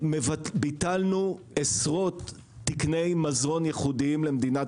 ביטלנו עשרות תקני מזון ייחודיים למדינת